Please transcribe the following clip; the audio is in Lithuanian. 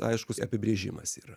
aiškus apibrėžimas yra